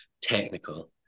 technical